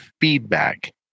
feedback